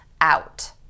out